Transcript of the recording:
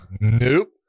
Nope